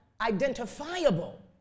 identifiable